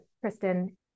Kristen